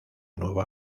nueva